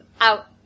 Out